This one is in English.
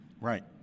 Right